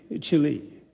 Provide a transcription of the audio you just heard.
Chile